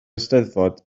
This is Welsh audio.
eisteddfod